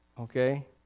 Okay